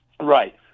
right